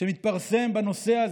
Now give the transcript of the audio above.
שמתפרסם בנושא הזה,